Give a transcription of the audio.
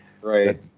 right